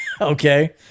Okay